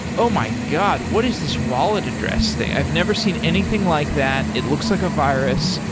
oh, my god. what is this wallet address thing? i've never seen anything like that. it looks like a virus.